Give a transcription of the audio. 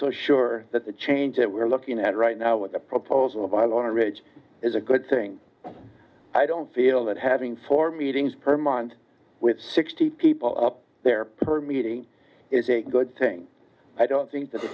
so sure that the change that we're looking at right now with the proposal by a lot of rage is a good thing i don't feel that having four meetings per month with sixty people up there per meeting is a good thing i don't think that the